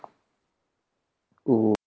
oo